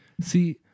see